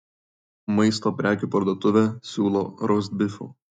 maisto prekių parduotuvė siūlo rostbifų